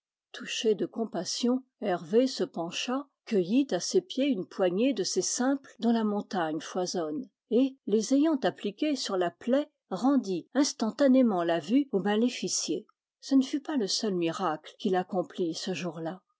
touché de compassion hervé se pencha cueillit à ses pieds une poignée de ces simples dont la montagne foisonne et les ayant appliqués sur la plaie rendit instantanément la vue au maléficié ce ne fut pas le seul miracle qu'il accomplit ce jour-là